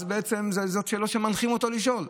בעצם אלה השאלות שמנחים אותו לשאול,